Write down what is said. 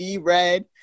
red